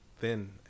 thin